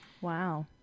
Wow